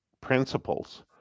principles